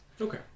Okay